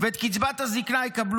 ביותר והופך את קצבת הזקנה ואת קצבת